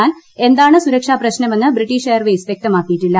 എന്നാൽ എന്താണ് സുരക്ഷാ പ്രശ്നമെന്ന് ബ്രിട്ടീഷ് എയർവേസ് വൃക്തമാക്കിയിട്ടില്ല